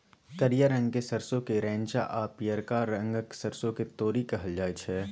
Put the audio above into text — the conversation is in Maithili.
करिया रंगक सरसों केँ रैंचा आ पीयरका रंगक सरिसों केँ तोरी कहल जाइ छै